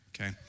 okay